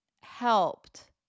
helped